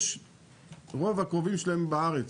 רוב הקרובים שלהם בארץ,